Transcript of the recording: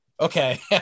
Okay